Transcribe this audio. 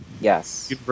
Yes